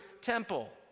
temple